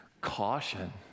caution